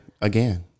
again